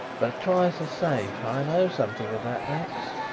but twice as safe. i know something of that, max.